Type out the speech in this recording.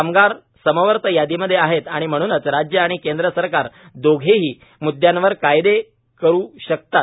कामगार समवर्ती यादीमध्ये आहेत आणि म्हणूनच राज्य आणि केंद्र सरकार दोघेही मुददयांवर कायदे करू शकतात